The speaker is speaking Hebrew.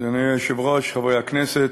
אדוני היושב-ראש, חברי הכנסת,